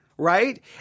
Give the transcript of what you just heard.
right